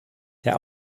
der